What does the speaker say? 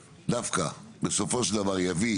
דווקא, בסופו של דבר יביא